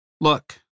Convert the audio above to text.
Look